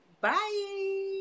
Bye